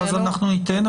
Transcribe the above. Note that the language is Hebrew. אנחנו ניתן.